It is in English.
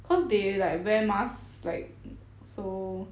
cause they like wear mask like so